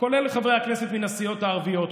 כולל חברי הכנסת מן הסיעות הערביות,